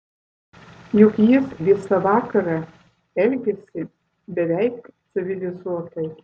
juk jis visą vakarą elgėsi beveik civilizuotai